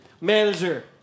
Manager